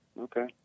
Okay